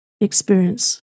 experience